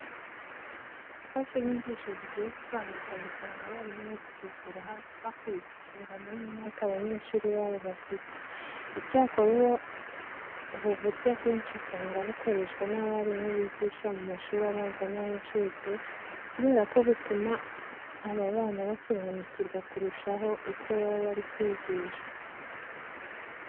Imfashanyigisho zigiye zitandukanye usanga abarimu bazitegura bakurikije ingano y'imyaka abanyeshuri babo bafite. Icyakora ubu buryo akenshi usanga bukoreshwa n'abarimu bigisha mu mashuri abanza n'ay'incuke kubera ko butuma aba bana basobanukirwa kurushaho ibyo baba bari kwigishwa.